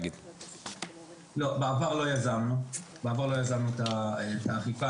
לא, בעבר לא יזמנו את האכיפה.